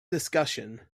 discussion